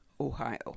Ohio